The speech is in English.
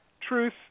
truth